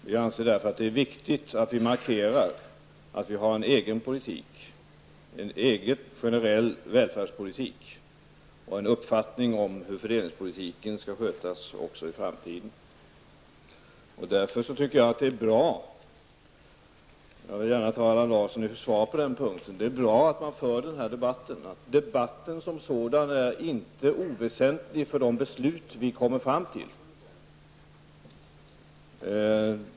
Vi anser därför att det är viktigt att vi markerar att vi har en egen politik -- en egen generell välfärdspolitik och en uppfattning om hur fördelingspolitiken skall skötas också i framtiden. Därför tycker jag att det är bra att man för den här debatten. Jag vill gärna ta Allan Larsson i försvar på den punkten. Debatten som sådan är inte oväsentlig för de beslut vi kommer fram till.